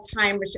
time